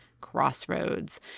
crossroads